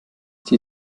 dir